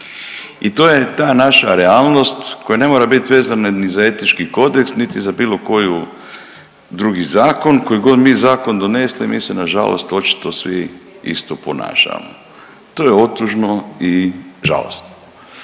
i to je ta naša realnost koja ne mora bit vezana ni za etički kodeks, niti za bilo koju drugi zakon, koji god mi zakon donesli mi se nažalost očito svi isto ponašamo, to je otužno i žalosno.